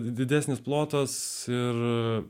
didesnis plotas ir